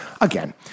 again